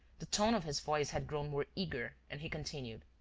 the tone of his voice had grown more eager and he continued